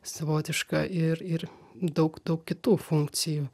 savotiška ir ir daug daug kitų funkcijų